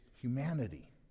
humanity